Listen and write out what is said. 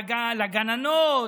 לגננות,